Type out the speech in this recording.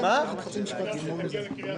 אם אפשר שהיא תגיע לקריית